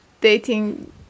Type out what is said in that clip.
dating